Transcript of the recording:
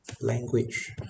language